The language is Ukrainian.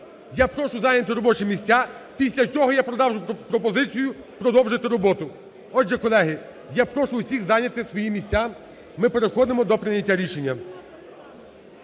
Я прошу зайняти робочі місця. Після цього я поставлю пропозицію продовжити роботу. Отже, колеги, я прошу усіх зайняти свої місця. Ми переходимо до прийняття рішення.